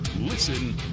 Listen